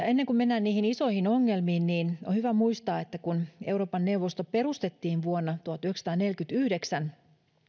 ennen kuin mennään niihin isoihin ongelmiin on hyvä muistaa että kun euroopan neuvosto perustettiin vuonna tuhatyhdeksänsataaneljäkymmentäyhdeksän